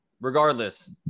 regardless